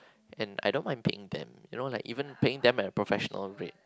and I don't mind paying them you know like even paying them at professional rate